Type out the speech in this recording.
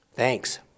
Thanks